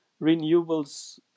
renewables